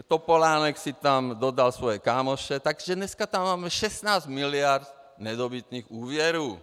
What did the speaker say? Topolánek si tam dodal své kámoše, takže dneska tam máme 16 mld. nedobytných úvěrů.